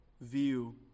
view